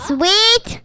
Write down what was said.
Sweet